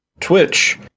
Twitch